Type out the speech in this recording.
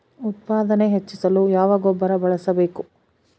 ಉತ್ಪಾದನೆ ಹೆಚ್ಚಿಸಲು ಯಾವ ಗೊಬ್ಬರ ಬಳಸಬೇಕು?